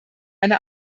eine